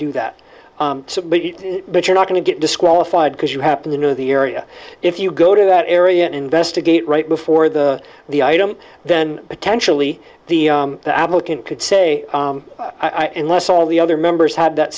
do that but you're not going to get disqualified because you happen to know the area if you go to that area and investigate right before the the item then potentially the applicant could say i and less all the other members had that